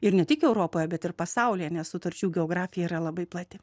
ir ne tik europoje bet ir pasaulyje nes sutarčių geografija yra labai plati